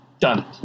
done